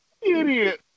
idiot